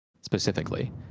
specifically